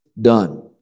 done